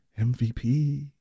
MVP